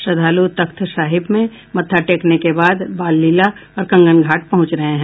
श्रद्धालु तख्त साहिब में मत्था टेकने के बाद बाल लीला और कंगन घाट पहुंच रहे हैं